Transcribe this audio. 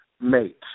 mates